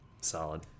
Solid